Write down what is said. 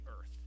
earth